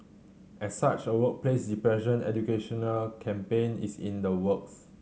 as such a workplace depression educational campaign is in the works